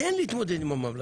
תן לי להתמודד עם הממלכתיות.